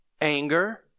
anger